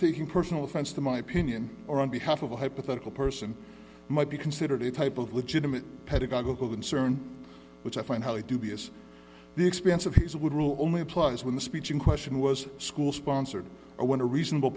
taking personal offense to my opinion or on behalf of a hypothetical person might be considered a type of legitimate pedagogical concern which i find highly dubious the expanse of his would rule only applies when the speech in question was school sponsored or when a reasonable